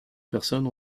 personnes